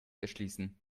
erschließen